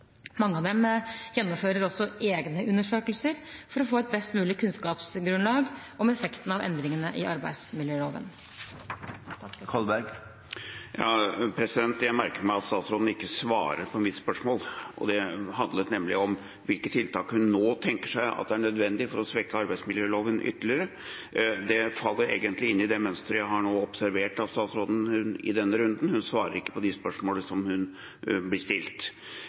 Mange av dem gjennomfører også egne undersøkelser for å få et best mulig kunnskapsgrunnlag om effektene av endringene i arbeidsmiljøloven. Jeg merker meg at statsråden ikke svarer på mitt spørsmål. Det handlet nemlig om hvilke tiltak hun nå tenker seg at er nødvendig for å svekke arbeidsmiljøloven ytterligere. Det faller egentlig inn i det mønsteret jeg nå har observert hos statsråden i denne runden: Hun svarer ikke på de spørsmålene som hun blir stilt.